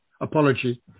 apology